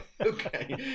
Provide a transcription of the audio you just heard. Okay